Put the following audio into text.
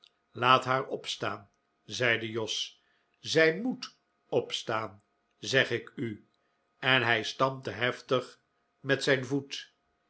laat haar opstaan zeide jos zij moet opstaan zeg ik u en hij stampte heftig met zijnvoet